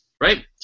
right